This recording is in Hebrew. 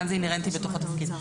כאן זה אינהרנטי לתוך התפקיד.